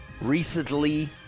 Recently